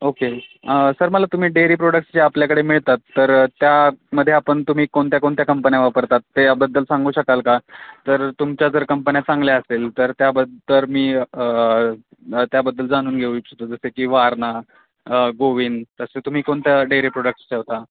okay sir मला तुम्ही dairy products जे आपल्याकडे मिळतात तर त्यामध्ये आपण तुम्ही कोणत्या कोणत्या कंपन्या वापरतात त्याबद्दल सांगू शकाल का तर तुमच्या जर कंपन्या चांगल्या असेल तर त्याबद् तर मी त्याबद्दल जाणून घेऊ इच्छितो जसे की वारणा गोविंद तसे तुम्ही कोणत्या डेअरी प्रोडक्ट्सच्या ठेवता